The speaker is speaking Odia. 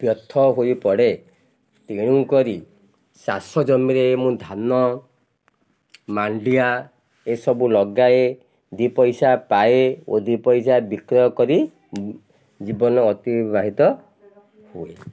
ବ୍ୟର୍ଥ ହୋଇପଡ଼େ ତେଣୁକରି ଚାଷ ଜମିରେ ମୁଁ ଧାନ ମାଣ୍ଡିଆ ଏସବୁ ଲଗାଏ ଦୁଇ ପଇସା ପାଏ ଓ ଦୁଇ ପଇସା ବିକ୍ରୟ କରି ଜୀବନ ଅତିବାହିତ ହୁଏ